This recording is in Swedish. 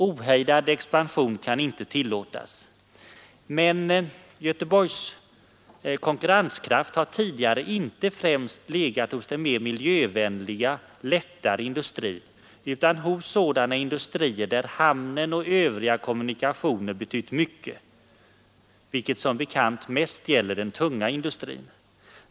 Ohejdad expansion kan inte tillåtas. Men Göteborgs konkurrenskraft har tidigare inte främst legat hos den mer miljövänliga, lättare industrin utan hos sådana industrier där hamnen och övriga kommunikationer betytt mycket, vilket som bekant mest gäller den tunga industrin.